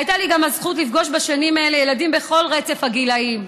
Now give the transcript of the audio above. הייתה לי גם הזכות לפגוש בשנים אלה ילדים בכל רצף הגילאים,